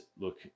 look